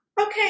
Okay